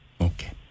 Okay